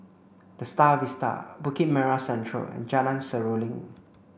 The Star Vista Bukit Merah Central and Jalan Seruling